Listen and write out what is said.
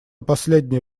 последнее